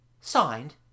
Signed